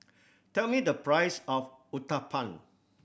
tell me the price of Uthapam